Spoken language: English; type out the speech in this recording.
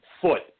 foot